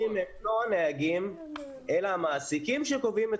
האשמים הם לא הנהגים אלא המעסיקים שקובעים את